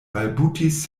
balbutis